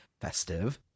festive